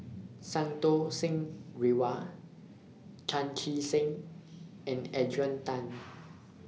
Santokh Singh Grewal Chan Chee Seng and Adrian Tan